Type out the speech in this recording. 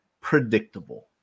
predictable